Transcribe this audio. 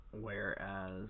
whereas